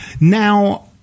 Now